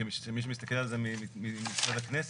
כמי שמסתכל על זה מצד הכנסת,